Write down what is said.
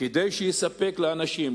כדי שיספק לאנשים,